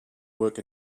work